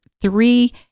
three